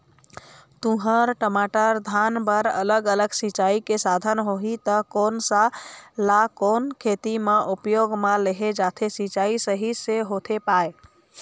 तुंहर, टमाटर, धान बर अलग अलग सिचाई के साधन होही ता कोन सा ला कोन खेती मा उपयोग मा लेहे जाथे, सिचाई सही से होथे पाए?